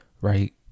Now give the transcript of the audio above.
right